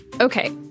Okay